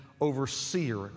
overseer